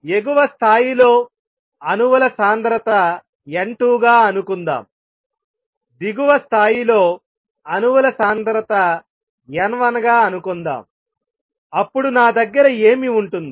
ఎగువ స్థాయిలో అణువుల సాంద్రత n2 గా అనుకుందాం దిగువ స్థాయిలో అణువుల సాంద్రత n1 గా అనుకుందాం అప్పుడు నా దగ్గర ఏమి ఉంటుంది